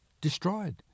destroyed